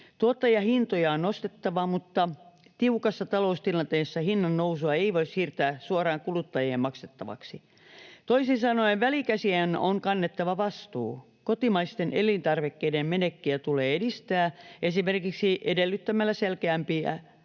Tuottajahintoja on nostettava, mutta tiukassa taloustilanteessa hinnannousua ei voi siirtää suoraan kuluttajien maksettavaksi. Toisin sanoen välikäsien on kannettava vastuu. Kotimaisten elintarvikkeiden menekkiä tulee edistää esimerkiksi edellyttämällä selkeämpiä